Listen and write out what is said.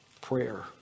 prayer